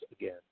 again